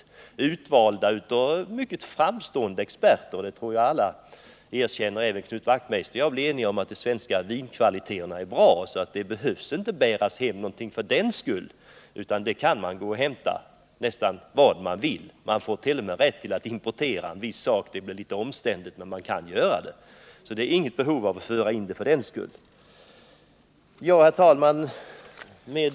De har valts ut av mycket framstående experter, vilket jag tror alla erkänner. Knut Wachtmeister och jag är säkert överens om att de svenska vinkvaliteterna är bra. Vi behöver alltså inte av den anledningen föra in något via flyg eller båtar. Om man så vill är det faktiskt också möjligt att importera vissa sorter, även om det kanske är litet krångligt. Herr talman!